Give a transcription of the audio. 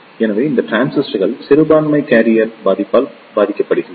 எனவே இந்த டிரான்சிஸ்டர்கள் சிறுபான்மை கேரியர் பாதிப்பால் பாதிக்கப்படுகின்றன